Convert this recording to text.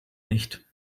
nicht